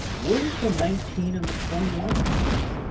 where do the nineteen and the twenty one come from?